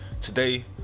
Today